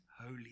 holy